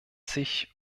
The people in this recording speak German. sich